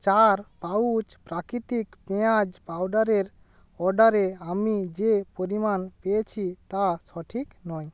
চার পাউচ প্রাকৃতিক পেঁয়াজ পাউডারের অর্ডারে আমি যে পরিমাণ পেয়েছি তা সঠিক নয়